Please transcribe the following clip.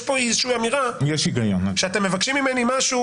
שיש פה איזושהי אמירה שאתם מבקשים ממני משהו